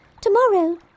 Tomorrow